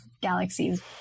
galaxies